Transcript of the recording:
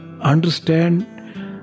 understand